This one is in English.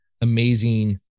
amazing